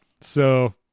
So-